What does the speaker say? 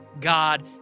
God